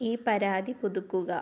ഈ പരാതി പുതുക്കുക